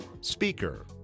speaker